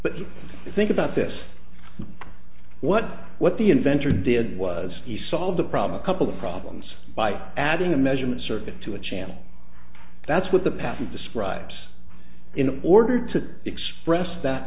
but you think about this what what the inventor did was he solved the problem couple problems by adding a measurement circuit to a channel that's what the patent describes in order to express that